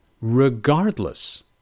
regardless